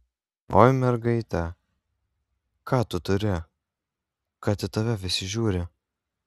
oi mergaite ką tu turi kad į tave visi žiūri